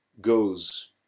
goes